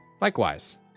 Likewise